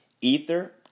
Ether